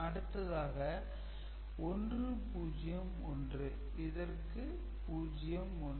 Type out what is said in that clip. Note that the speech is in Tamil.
அடுத்ததாக 1 0 1 இதற்கு 0 1